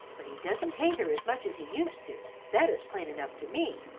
but he doesn't hate her as much as he used to, that is plain enough to me,